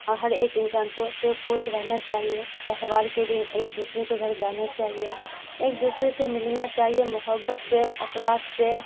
اور ہر ایک انسان کو ص خوش رہنا چاہیے تہوار کے دن ایک دوسرے کے گھر جانا چاہیے ایک دوسرے سے ملنا چاہیے محبت سے اخلاق سے